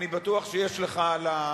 אני בטוח שיש לך על,